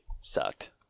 sucked